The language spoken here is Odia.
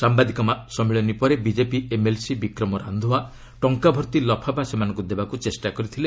ସାମ୍ବାଦିକ ସମ୍ମିଳନୀ ପରେ ବିଜେପି ଏମ୍ଏଲ୍ସି ବିକ୍ରମ ରାନ୍ଧୱା ଟଙ୍କା ଭର୍ତ୍ତି ଲଫାପା ସେମାନଙ୍କ ଦେବାକୃ ଚେଷ୍ଟା କରିଥିଲେ